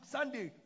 Sunday